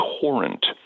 torrent